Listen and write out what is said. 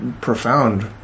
profound